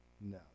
no